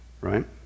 right